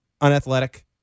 unathletic